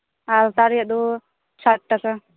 ᱟᱞᱛᱟ ᱨᱮᱭᱟᱜ ᱫᱚ ᱥᱟᱴ ᱴᱟᱠᱟ